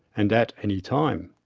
and at any time.